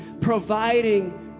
providing